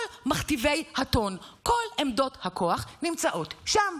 כל מכתיבי הטון, כל עמדות הכוח נמצאות שם.